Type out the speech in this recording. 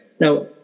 Now